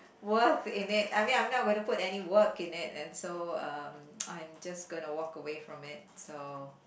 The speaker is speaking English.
worth in it I mean I'm not gonna put any work in it and so um I'm just gonna walk away from it so